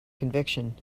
conviction